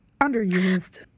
Underused